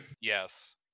Yes